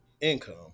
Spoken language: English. income